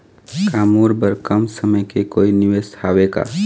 का मोर बर कम समय के कोई निवेश हावे का?